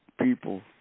people